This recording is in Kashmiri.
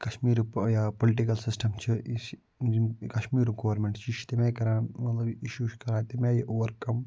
کشمیٖرُک یا پُلٹِکٕل سِسٹم چھِ یہِ چھِ یِم کشمیٖرُک گورمٮ۪نٛٹ چھِ یہِ چھُ تَمہِ آے کَران مطلب یہِ اِشوٗ چھِ کَران تَمہِ آے یہِ اوٚوَر کَم